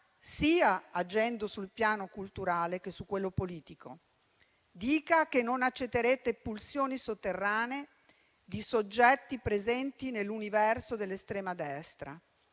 farà agendo sul piano sia culturale che politico. Dica il Governo che non accetterete pulsioni sotterranee di soggetti presenti nell'universo dell'estrema destra.